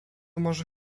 może